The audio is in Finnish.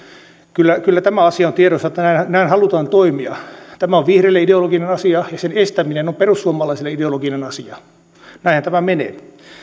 kyllä kyllä tämä asia on tiedossa että näin halutaan toimia tämä on vihreille ideologinen asia ja sen estäminen on perussuomalaisille ideologinen asia näinhän tämä menee